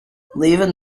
leaving